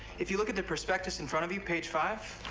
if you look at the prospectus in front of you, page five.